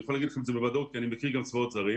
אני יכול לומר לכם את זה בוודאות כי אני מכיר גם צבאות זרים,